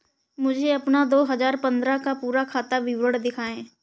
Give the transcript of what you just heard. मुझे अपना दो हजार पन्द्रह का पूरा खाता विवरण दिखाएँ?